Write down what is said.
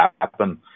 happen